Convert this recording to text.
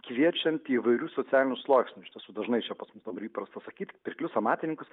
kviečiant įvairių socialinių sluoksnių iš tiesų dažnai čia pas mus dabar įprasta sakyt pirklius amatininkus